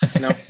no